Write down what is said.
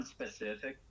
unspecific